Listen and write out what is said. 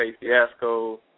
Fiasco